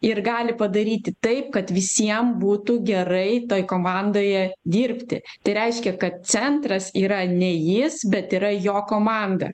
ir gali padaryti taip kad visiem būtų gerai toj komandoje dirbti tai reiškia kad centras yra ne jis bet yra jo komanda